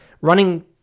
running